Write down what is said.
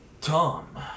Tom